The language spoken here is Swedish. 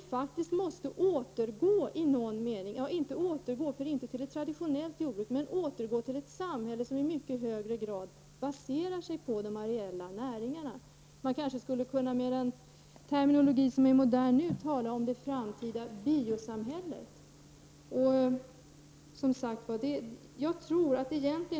I någon mening måste vi återgå till ett samhälle som i mycket högre grad baserar sig på de areella näringarna — dock inte till ett traditionellt jordbruk. Med den terminologi som är modern nu skulle man kunna tala om det framtida biosamhället.